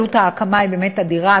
שעלות ההקמה היא באמת אדירה,